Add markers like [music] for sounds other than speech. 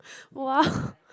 !wow! [laughs]